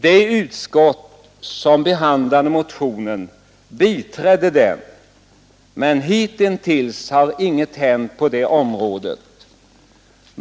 Det utskott som behandlade motionen biträdde den, men hittills har ingenting hänt på det området.